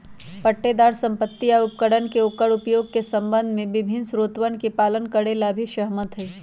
पट्टेदार संपत्ति या उपकरण के ओकर उपयोग के संबंध में विभिन्न शर्तोवन के पालन करे ला भी सहमत हई